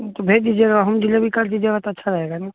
भेज दीजिएगा home delivery कर दीजिएगा तो अच्छा रहेगा ने